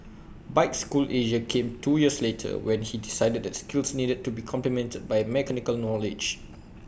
bike school Asia came two years later when he decided that skills needed to be complemented by mechanical knowledge